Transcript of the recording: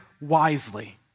wisely